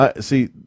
See